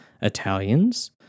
Italians